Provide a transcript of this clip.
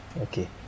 Okay